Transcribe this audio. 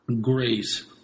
Grace